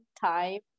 time